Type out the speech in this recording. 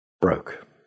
broke